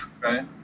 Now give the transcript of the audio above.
Right